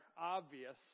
obvious